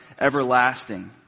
everlasting